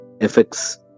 effects